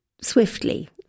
swiftly